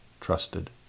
trusted